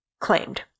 claimed